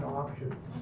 options